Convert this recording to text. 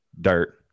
Dirt